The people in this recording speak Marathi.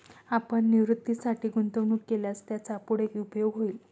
आपण निवृत्तीसाठी गुंतवणूक केल्यास त्याचा पुढे उपयोग होईल